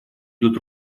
идут